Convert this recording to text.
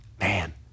Man